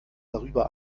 darüber